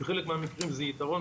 בחלק מהמקרים זה יתרון,